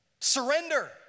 Surrender